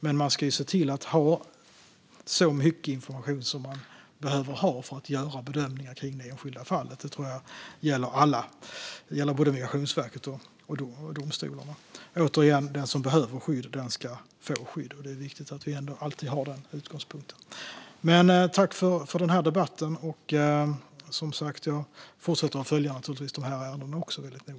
Men man ska se till att ha så mycket information som man behöver ha för att göra bedömningar i det enskilda fallet. Det gäller både Migrationsverket och domstolarna. Återigen: Den som behöver skydd ska få skydd. Det är viktigt att vi alltid har den utgångspunkten. Tack för den här debatten! Som sagt fortsätter jag naturligtvis att följa de här ärendena väldigt noga.